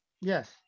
Yes